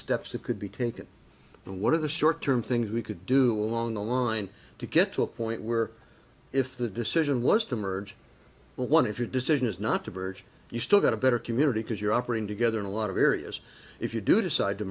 steps that could be taken and one of the short term things we could do along the line to get to a point where if the decision was to merge one if your decision is not to burgeon you still got a better community because you're operating together in a lot of areas if you do decide to